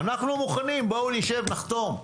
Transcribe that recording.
אנחנו מוכנים, בואו נשב, נחתום,